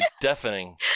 deafening